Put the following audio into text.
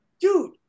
dude